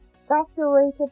saturated